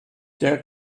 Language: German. der